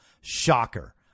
Shocker